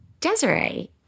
Desiree